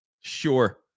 sure